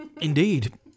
Indeed